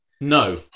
No